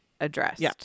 addressed